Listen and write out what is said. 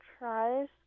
tries